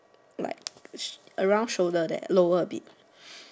like around shoulder there lower a bit